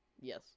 Yes